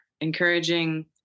encouraging